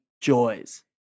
joys